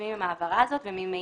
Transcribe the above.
מסכימים עם ההבהרה הזאת וממילא